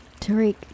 Tariq